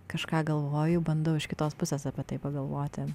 kažką galvoju bandau iš kitos pusės apie tai pagalvoti